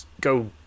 go